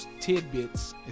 tidbits